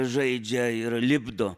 žaidžia ir lipdo